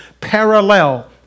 Parallel